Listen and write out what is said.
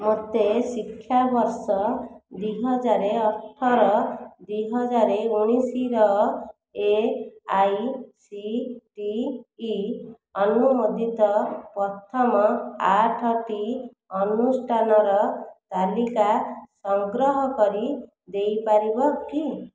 ମୋତେ ଶିକ୍ଷାବର୍ଷ ଦୁଇହଜାରେ ଅଠର ଦୁଇହଜାରେ ଉଣେଶିର A I C T E ଅନୁମୋଦିତ ପ୍ରଥମ ଆଠଟି ଅନୁଷ୍ଠାନର ତାଲିକା ସଂଗ୍ରହ କରି ଦେଇପାରିବ କି